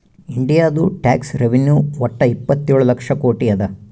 ಇಂಡಿಯಾದು tax revenue ವಟ್ಟ ಇಪ್ಪತ್ತೇಳು ಲಕ್ಷ ಕೋಟಿ ಅದಾ